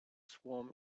swam